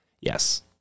Yes